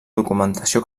documentació